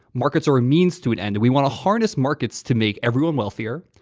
markets are a means to an end. we want to harness markets to make everyone wealthier,